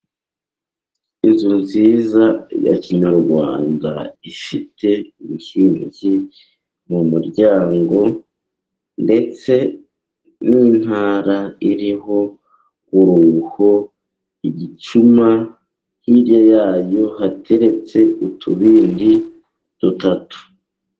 Inzu nziza ya kinyarwanda, ifite inkingi mu muryango, ndetse n'intara iriho uruho, igicuma, hirya yayo hateretse utubindi dutatu.